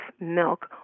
milk